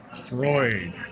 Freud